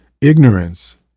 Ignorance